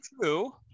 true